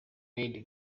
made